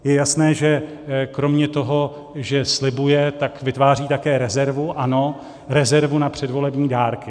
Je jasné, že kromě toho, že slibuje, tak vytváří také rezervu ano, rezervu na předvolební dárky.